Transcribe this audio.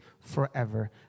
forever